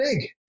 big